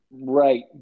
Right